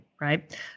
right